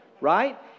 right